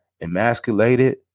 emasculated